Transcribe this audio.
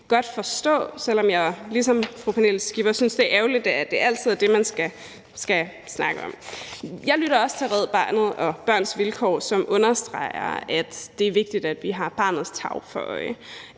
godt forstå, selv om jeg ligesom fru Pernille Skipper synes, det er ærgerligt, at det altid er det, man skal snakke om. Jeg lytter også til Red Barnet og Børns Vilkår, som understreger, at det er vigtigt, at vi har barnets tarv for øje.